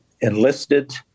enlisted